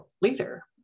leader